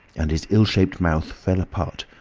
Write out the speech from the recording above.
and his ill-shaped mouth fell apart,